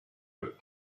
peu